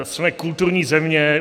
Jsme kulturní země.